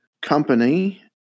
company